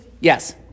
yes